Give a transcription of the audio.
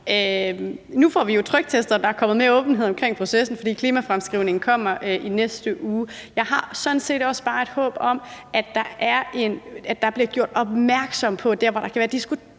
Nu får vi jo tryktestet, om der er kommet mere åbenhed omkring processen, fordi klimafremskrivningen kommer i næste uge. Jeg har sådan set bare et håb om, at der bliver gjort opmærksom på de steder, hvor der kan være